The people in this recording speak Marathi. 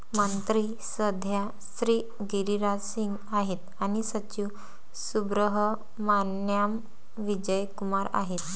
मंत्री सध्या श्री गिरिराज सिंग आहेत आणि सचिव सुब्रहमान्याम विजय कुमार आहेत